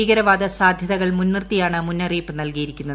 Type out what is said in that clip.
ഭീകരവാദ സാധ്യതകൾ മുൻ നിർത്തിയാണ് മുന്നറിയിപ്പ് നൽകിയിരിക്കുന്നത്